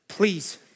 Please